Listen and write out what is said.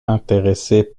intéressés